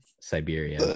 Siberia